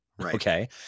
okay